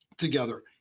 Together